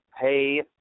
pay